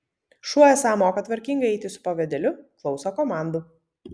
šuo esą moka tvarkingai eiti su pavadėliu klauso komandų